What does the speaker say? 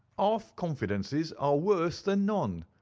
half-confidences are worse than none.